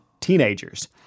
teenagers